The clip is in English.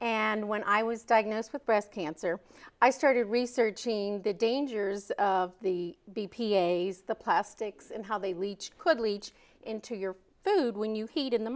and when i was diagnosed with breast cancer i started researching the dangers of the b p a s the plastics and how they leach quickly into your food when you heat in the